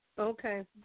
Okay